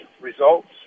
results